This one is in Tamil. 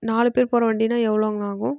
நாலு பேர் போகிற வண்டினால் எவ்வளோங்கண்ணா ஆகும்